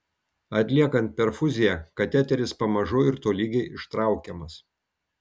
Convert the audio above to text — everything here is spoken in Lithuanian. atliekant perfuziją kateteris pamažu ir tolygiai ištraukiamas